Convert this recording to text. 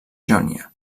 jònia